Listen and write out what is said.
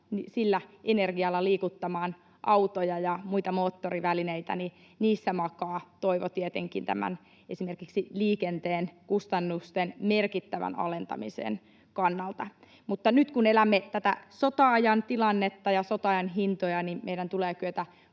sillä energialla liikuttamaan autoja ja muita moottorivälineitä — makaa toivo tietenkin esimerkiksi liikenteen kustannusten merkittävän alentamisen kannalta. Mutta nyt, kun elämme tätä sota-ajan tilannetta ja sota-ajan hintoja, niin meidän tulee kyetä